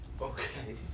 okay